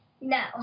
No